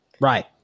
Right